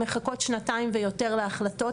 הן מחכות שנתיים ויותר להחלטות,